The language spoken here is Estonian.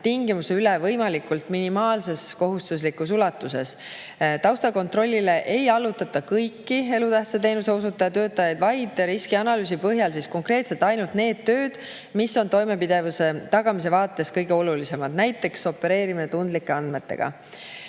tingimuse üle võimalikult minimaalses kohustuslikus ulatuses. Taustakontrollile ei allutata kõiki elutähtsa teenuse osutaja töötajaid, vaid riskianalüüsi põhjal konkreetselt ainult nende tööde puhul, mis on toimepidevuse tagamise vaates kõige olulisemad, näiteks opereerimine tundlike andmetega,